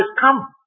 come